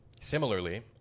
Similarly